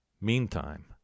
meantime